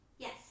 Yes